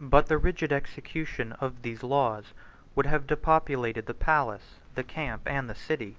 but the rigid execution of these laws would have depopulated the palace, the camp, and the city